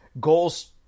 goals